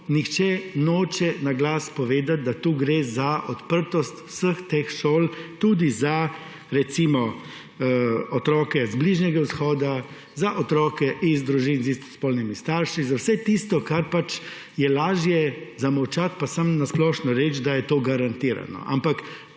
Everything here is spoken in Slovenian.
nihče noče na glas povedati, da tu gre za odprtost vseh teh šol, tudi za otroke iz, recimo, Bližnjega vzhoda, za otroke iz družin z istospolnimi starši, za vse tisto, kar pač je lažje zamolčati in samo na splošno reči, da je to garantirano. Ampak